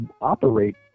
operate